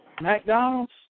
McDonald's